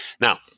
Now